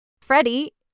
Freddie